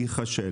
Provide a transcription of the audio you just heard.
להיכשל.